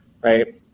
right